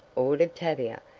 ordered tavia,